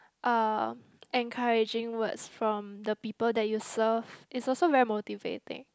uh encouraging words from the people that you serve it's also very motivating